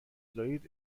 دارید